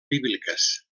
bíbliques